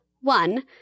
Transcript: One